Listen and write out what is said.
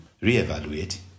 re-evaluate